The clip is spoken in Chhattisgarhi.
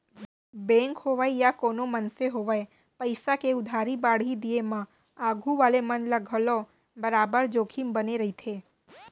बेंक होवय या कोनों मनसे होवय पइसा के उधारी बाड़ही दिये म आघू वाले मन ल घलौ बरोबर जोखिम बने रइथे